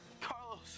Carlos